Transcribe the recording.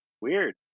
Weird